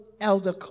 Elder